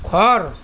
ঘৰ